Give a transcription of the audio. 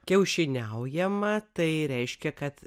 kiaušiniauja man tai reiškia kad